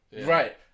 Right